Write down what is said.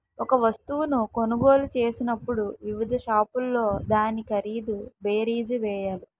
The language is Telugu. ఒక వస్తువును కొనుగోలు చేసినప్పుడు వివిధ షాపుల్లో దాని ఖరీదు బేరీజు వేయాలి